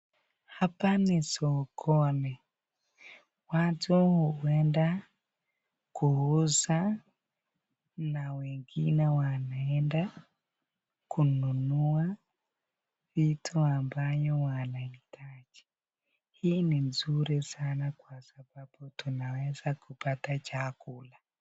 Hapa ni sokoni. Watu huenda kuuza na wengine wanaenda kununua vitu ambayo wanahitaji. Hii ni mzuri sanaa kwa sababu tunaweza kupata chakula.